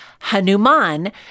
Hanuman